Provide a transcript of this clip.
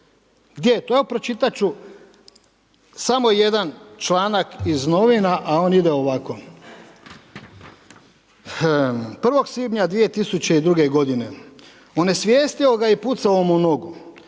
Gdje je? Evo pročitat ću samo jedan članak iz novina, a on ide ovako: „1. svibnja 2002. godine onesvijestio ga je i pucao mu u nogu